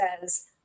says